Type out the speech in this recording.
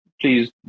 please